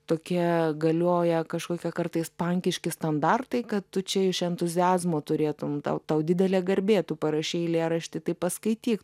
tokie galioja kažkokie kartais pankiški standartai kad tu čia iš entuziazmo turėtum tau tau didelė garbė tu parašei eilėraštį tai paskaityk